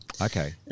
Okay